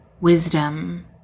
wisdom